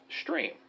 Stream